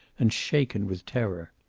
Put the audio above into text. and shaken with terror.